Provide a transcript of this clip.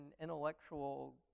intellectual